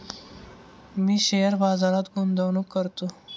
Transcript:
मी share बाजारात गुंतवणूक करतो